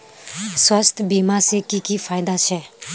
स्वास्थ्य बीमा से की की फायदा छे?